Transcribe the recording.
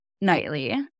nightly